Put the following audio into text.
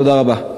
תודה רבה.